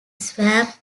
swamp